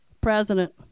president